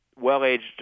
Well-aged